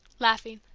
laughing.